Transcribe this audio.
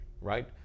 right